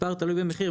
מספר תלוי במחיר,